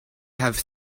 have